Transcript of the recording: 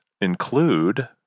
include